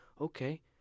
Okay